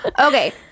Okay